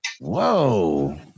Whoa